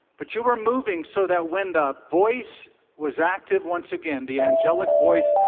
but you were moving so that when the voice was active once again the angelic voice